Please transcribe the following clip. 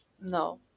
No